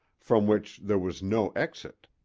from which there was no exit.